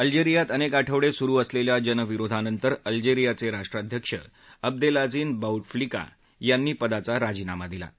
अल्जेरियात अनेक आठवडे सुरु असलेल्या जनविरोधानंतर अल्जेरियाचे राष्ट्राध्यक्ष अब्देलाजिन बाऊटफ्लिका यांनी पदाचा राजीनामा दिला आहे